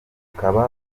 bukaba